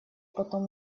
потом